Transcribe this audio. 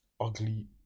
Ugly